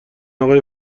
آقای